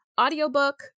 audiobook